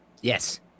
Yes